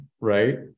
right